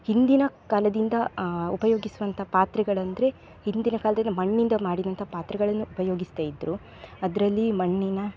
ಹಿಂದಿನ ಕಾಲದಿಂದ ಉಪಯೋಗಿಸುವಂತಹ ಪಾತ್ರೆಗಳೆಂದ್ರೆ ಹಿಂದಿನ ಕಾಲದಲ್ಲಿ ಮಣ್ಣಿಂದ ಮಾಡಿದಂತಹ ಪಾತ್ರೆಗಳನ್ನು ಉಪಯೋಗಿಸ್ತಾಯಿದ್ದರು ಅದರಲ್ಲಿ ಮಣ್ಣಿನ